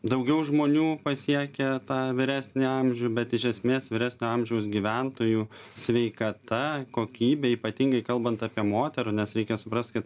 daugiau žmonių pasiekia tą vyresnį amžių bet iš esmės vyresnio amžiaus gyventojų sveikata kokybė ypatingai kalbant apie moterų nes reikia suprast kad